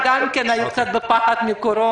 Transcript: הקליינטים שלך גם כן היו קצת בפחד מקורונה.